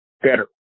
better